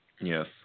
Yes